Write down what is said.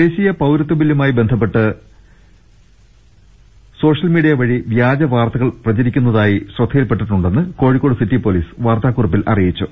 ദേശീയ പൌരത്വ ബില്ലുമായി ബന്ധപ്പെട്ട് സോഷ്യൽമീഡിയ വഴി വ്യാജവാർത്തകൾ പ്രചരിപ്പി ക്കുന്നതായി ശ്രദ്ധയിൽപ്പെട്ടിട്ടുണ്ടെന്ന് കോഴിക്കോട് സിറ്റി പോലീസ് വാർത്താകുറിപ്പിൽ അറിയിച്ചു